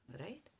right